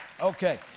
Okay